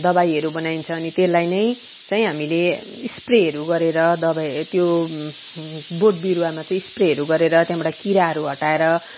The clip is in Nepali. दबाईहरू बनाइन्छ अनि त्यसलाई नै चाहिँ हामीले स्प्रेहरू गरेर दबाई त्यो बोट बिरुवामा स्प्रेहरू गरेर त्यहाँबाट किराहरू हटाएर